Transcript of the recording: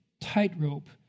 tightrope